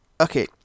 Okay